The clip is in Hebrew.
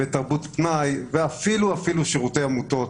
פנאי, שירותי עמותות,